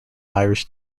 irish